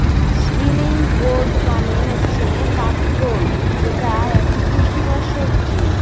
spiny gourd মানে হচ্ছে কাঁকরোল যেটি একটি পুষ্টিকর সবজি